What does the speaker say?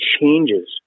changes